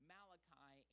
Malachi